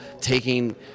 taking